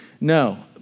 No